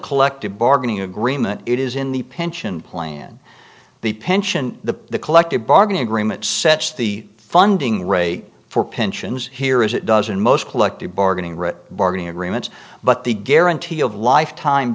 collective bargaining agreement it is in the pension plan the pension the collective bargaining agreement sets the funding rate for pensions here is it doesn't most collective bargaining rights bargaining agreements but the guarantee of lifetime